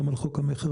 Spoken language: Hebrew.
גם על חוק המכר,